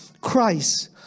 Christ